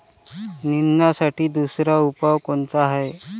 निंदनासाठी दुसरा उपाव कोनचा हाये?